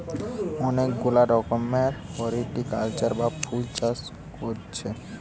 অনেক গুলা রকমের হরটিকালচার বা ফুল চাষ কোরছি